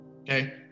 Okay